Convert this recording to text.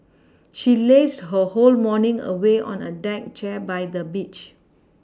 she lazed her whole morning away on a deck chair by the beach